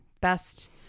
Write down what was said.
best